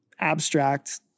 abstract